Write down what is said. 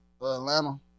Atlanta